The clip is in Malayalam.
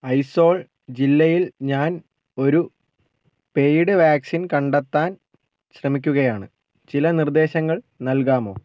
ഐസോൾ ജില്ലയിൽ ഞാൻ ഒരു പെയ്ഡ് വാക്സിൻ കണ്ടെത്താൻ ശ്രമിക്കുകയാണ് ചില നിർദ്ദേശങ്ങൾ നൽകാമോ